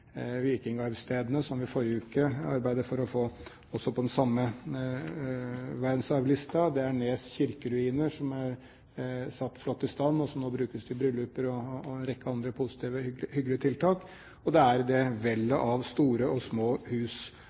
som vi i forrige uke arbeidet for å få på den samme verdensarvlisten; det er Nes kirkeruiner, som er satt flott i stand, og som nå brukes til brylluper og en rekke andre hyggelige tiltak; og det er det vellet av store og små hus